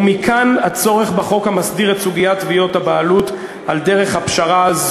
ומכאן הצורך בחוק המסדיר את סוגיית תביעות הבעלות על דרך הפשרה.